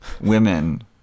women